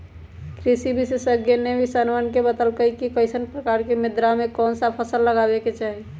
कृषि विशेषज्ञ ने किसानवन के बतल कई कि कईसन प्रकार के मृदा में कौन सा फसल लगावे के चाहि